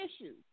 issues